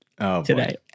today